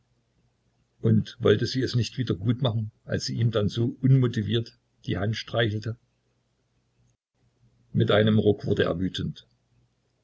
und wollte sie es nicht wieder gut machen als sie ihm dann so unmotiviert die hand streichelte mit einem ruck wurde er wütend